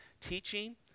teaching